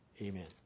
Amen